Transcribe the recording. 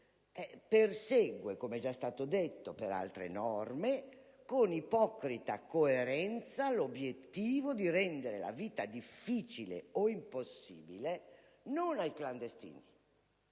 stato sottolineato anche per altre norme - con ipocrita coerenza l'obiettivo di rendere la vita difficile o impossibile non ai clandestini